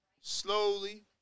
Slowly